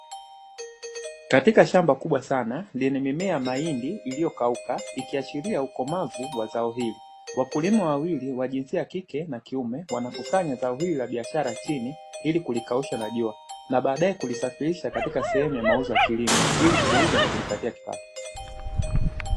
Katika shamba kubwa sana, lenye mimea ya mahindi iliyokauka ikiashiria ukomavu wa zao hili. Wakulima wawili wa jinsia ya kike na kiume, wanakusanya zao hili la biashara chini, ili kulikausha na jua na baadae kulisafirisha katika sehemu ya mauzo ya kilimo, ili kuuza na kujipatia kipato.